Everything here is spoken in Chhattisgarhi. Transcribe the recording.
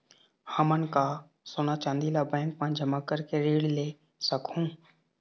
हमन का सोना चांदी ला बैंक मा जमा करके ऋण ले सकहूं?